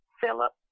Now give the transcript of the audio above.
Philip